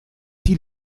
die